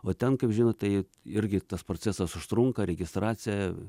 o ten kaip žinot tai irgi tas procesas užtrunka registracija